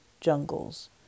jungles